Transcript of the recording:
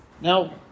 Now